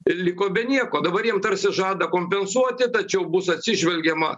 liko be nieko dabar jiem tarsi žada kompensuoti tačiau bus atsižvelgiama